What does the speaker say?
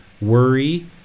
worry